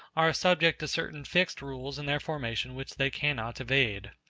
are subject to certain fixed rules in their formation which they cannot evade.